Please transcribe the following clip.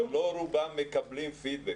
אבל לא רובם מקבלים פידבק.